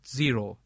zero